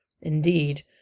Indeed